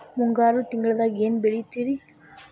ಮುಂಗಾರು ತಿಂಗಳದಾಗ ಏನ್ ಬೆಳಿತಿರಿ?